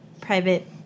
private